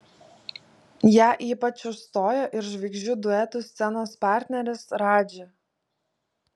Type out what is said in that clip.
ją ypač užstojo ir žvaigždžių duetų scenos partneris radži